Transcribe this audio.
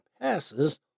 passes